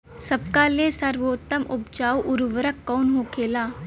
सबका ले सर्वोत्तम उपजाऊ उर्वरक कवन होखेला?